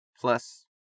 Plus